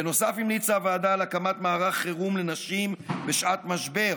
בנוסף המליצה הוועדה על הקמת מערך חירום לנשים בשעת משבר,